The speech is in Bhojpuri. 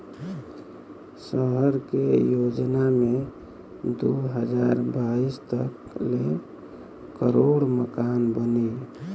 सहर के योजना मे दू हज़ार बाईस तक ले करोड़ मकान बनी